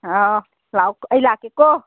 ꯑꯥ ꯑꯣ ꯑꯩ ꯂꯥꯛꯀꯦꯀꯣ